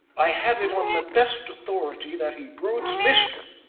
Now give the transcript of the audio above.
i have it on the best authority that he broods mischief,